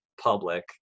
public